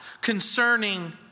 concerning